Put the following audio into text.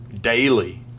daily